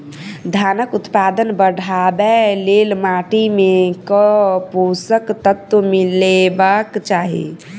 धानक उत्पादन बढ़ाबै लेल माटि मे केँ पोसक तत्व मिलेबाक चाहि?